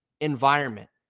environment